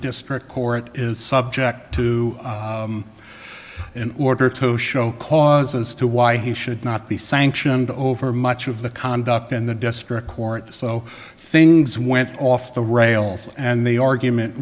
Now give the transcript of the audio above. district court is subject to an order to show cause as to why he should not be sanctioned over much of the conduct in the district court so things went off the rails and the argument